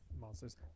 monsters